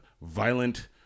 Violent